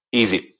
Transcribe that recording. easy